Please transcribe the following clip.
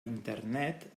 internet